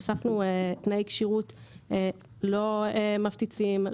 הוספנו תנאי כשירות לא מפציצים,